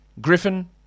Griffin